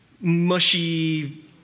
mushy